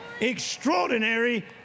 extraordinary